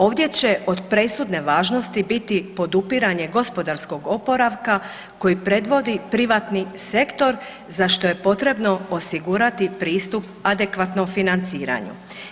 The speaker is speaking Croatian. Ovdje će od presudne važnosti biti podupiranje gospodarskog oporavka koji predvodi privatni sektor za što je potrebno osigurati pristup adekvatnom financiranju.